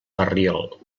ferriol